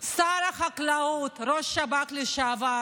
שר החקלאות וראש השב"כ לשעבר